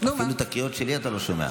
אפילו את הקריאות שלי אתה לא שומע.